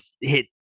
hit